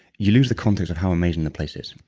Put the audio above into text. you lose the context of how amazing the place is.